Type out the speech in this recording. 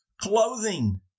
clothing